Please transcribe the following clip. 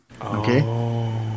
Okay